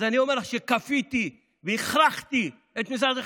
אז אני אומר לך שכפיתי והכרחתי את משרדך